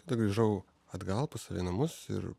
tada grįžau atgal pas save į namus ir